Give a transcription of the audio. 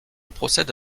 procède